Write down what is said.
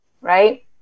right